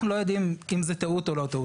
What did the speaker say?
אנחנו לא יודעים אם זה טעות או לא טעות.